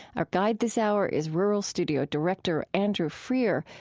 our guide this hour is rural studio director andrew freear,